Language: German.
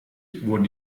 wurde